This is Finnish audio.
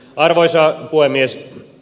arvoisa puhemies